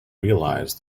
realise